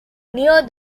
near